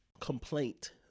Complaint